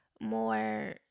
more